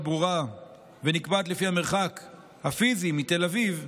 ברורה ונקבעת לפי המרחק הפיזי מתל אביב,